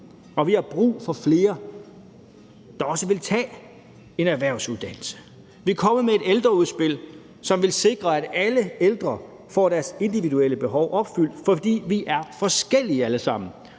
også har brug for flere, der vil tage en erhvervsuddannelse. Vi er kommet med et ældreudspil, som vil sikre, at alle ældre får deres individuelle behov opfyldt, fordi vi alle sammen